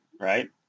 right